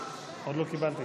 48 בעד,